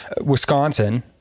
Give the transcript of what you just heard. Wisconsin